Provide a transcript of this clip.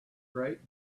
great